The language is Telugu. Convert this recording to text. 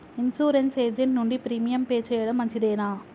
ఇన్సూరెన్స్ ఏజెంట్ నుండి ప్రీమియం పే చేయడం మంచిదేనా?